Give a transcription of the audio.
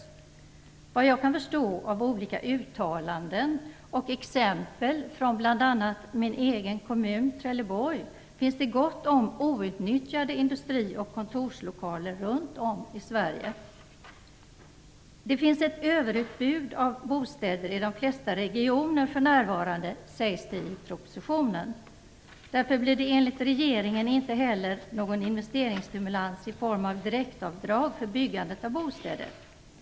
Såvitt jag kan förstå av olika uttalanden och exempel från bl.a. min hemkommun, Trelleborg, finns det gott om outnyttjade industri och kontorslokaler runt om i Sverige. Det finns ett överutbud av bostäder i de flesta regioner för närvarande, sägs det i propositionen. Därför blir det enligt regeringen inte heller någon investeringsstimulans i form av direktavdrag för byggandet av bostäder.